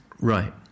Right